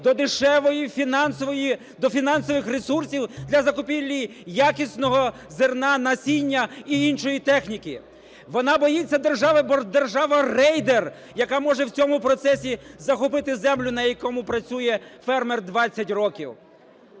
до дешевої фінансової, до фінансових ресурсів для закупівлі якісного зерна насіння і іншої техніки. Вона боїться, держава, бо держава – рейдер, яка може в цьому процесі захопити землю, на якому працює фермер 20 років.